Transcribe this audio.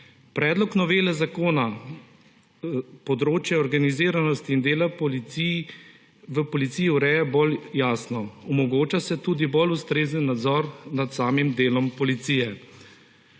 Predlog novele zakona področja organiziranosti in dela v policiji ureja bolj jasno. Omogoča se tudi bolj ustrezen nadzor nad samim delom policije.